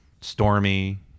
stormy